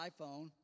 iPhone